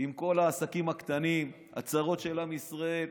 עם כל העסקים הקטנים, הצרות של עם ישראל,